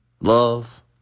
Love